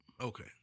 Okay